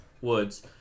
woods